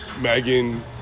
megan